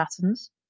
patterns